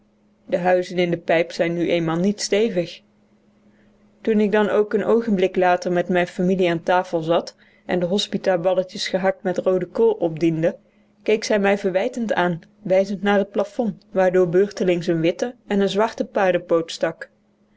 de huizen in de pijp zijn nu eenmaal niet stevig toen ik dan ook een oogenblik later met mijne familie aan tafel zat en de hospita balletjes gehakt met roode kool opdiende keek zij mij verwijtend aan wijzend naar het plafond waardoor beurtelings een witte en een zwarte paardepoot stak